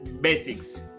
basics